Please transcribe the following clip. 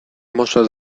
może